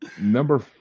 number